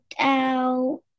out